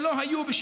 שלא היו,